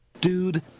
Dude